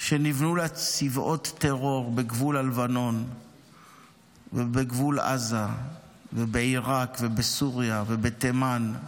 שנבנו לה צבאות טרור בגבול הלבנון ובגבול עזה ובעיראק ובסוריה ובתימן,